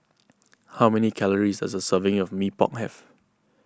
how many calories does a serving of Mee Pok have